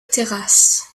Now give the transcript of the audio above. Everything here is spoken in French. terrasse